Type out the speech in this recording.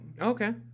okay